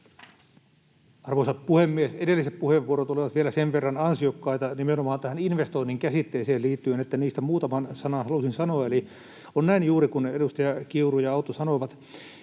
Arvoisa puhemies! Edelliset puheenvuorot olivat sen verran ansiokkaita nimenomaan tähän investoinnin käsitteeseen liittyen, että niistä vielä muutaman sanan halusin sanoa. On näin juuri kuin edustaja Kiuru ja Autto sanoivat